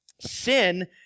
Sin